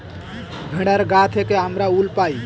ভেড়ার গা থেকে আমরা উল পাই